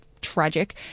tragic